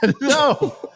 No